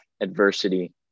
adversity